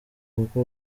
kuko